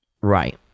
Right